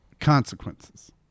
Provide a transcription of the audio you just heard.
consequences